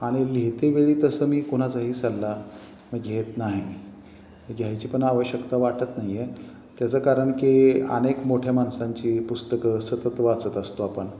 आणि लिहितेवेळी तसं मी कोणाचाही सल्ला मी घेत नाही घ्यायची पण आवश्यकता वाटत नाही आहे त्याचं कारणकी अनेक मोठ्या माणसांची पुस्तकं सतत वाचत असतो आपण